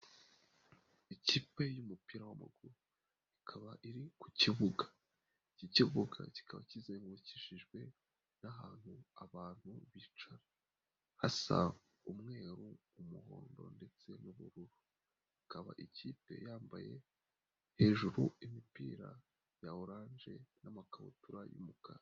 Ikipe y'umupira w'amaguru, ikaba iri ku kibuga. Ikibuga kikaba kizengukishijwe n'ahantu abantu bicara; hasa umweru, umuhondo ndetse n'ubururu. Akaba ikipe yambaye hejuru imipira ya oranje n'amakabutura y'umukara.